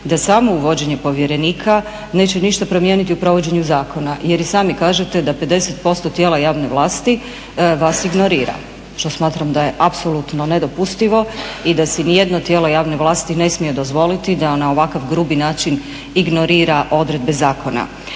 da samo uvođenje povjerenika neće ništa promijeniti u provođenju zakona jer i sami kažete da 50% tijela javne vlasti vas ignorira što smatram da je apsolutno nedopustivo i da si ni jedno tijelo javne vlasti ne smije dozvoliti da na ovakav grubi način ignorira odredbe zakona.